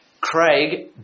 Craig